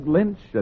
Lynch